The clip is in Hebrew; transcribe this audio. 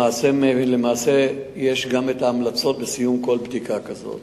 למעשה יש גם המלצות בסיום כל בדיקה כזאת.